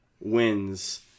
wins